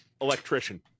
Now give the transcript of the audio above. electrician